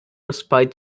respite